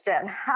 question